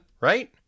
right